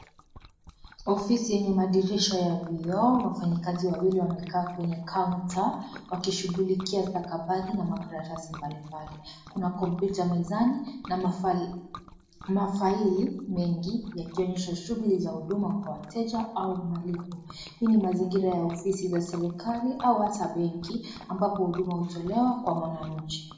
Ofisi yenye madirisha ya vioo, wafanyikazi wawili wamekaa kwenye kaunta wakishughulikia stakabadhi na makaratasi mbali mbali. Kuna kompiuta mezani, na mafaili mengi, yakionyesha shughuli za huduma kwa wateja, au malipo. Hii ni mazingira ya ofisi za serikari, au ata benki, ambapo huduma hutolewa, kwa mwananchi.